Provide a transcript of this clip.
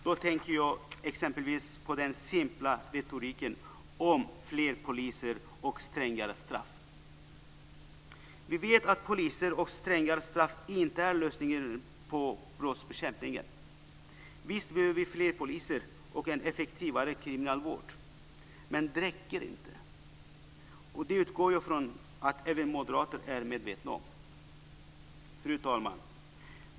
Då tänker jag exempelvis på den simpla retoriken om fler poliser och strängare straff. Vi vet att fler poliser och strängare straff inte är lösningen när det gäller brottsbekämpningen. Visst behöver vi fler poliser och en effektivare kriminalvård, men det räcker inte, och det utgår jag från att även moderater är medvetna om. Fru talman!